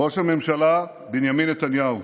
ראש הממשלה, בנימין נתניהו,